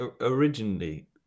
originally